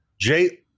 Jay